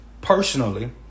personally